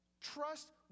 Trust